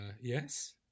Yes